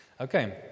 Okay